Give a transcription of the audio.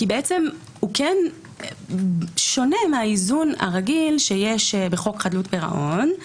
הוא שונה מהאיזון הרגיל שיש בחוק חדלות פירעון.